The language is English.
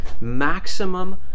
Maximum